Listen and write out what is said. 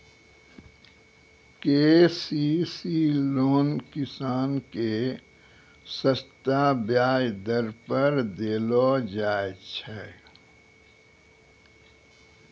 KCC loan किसान के सस्ता ब्याज दर पर देलो जाय छै